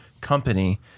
company